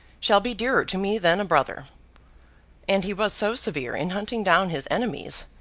shall be dearer to me than a brother and he was so severe in hunting down his enemies,